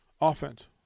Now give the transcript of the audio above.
offense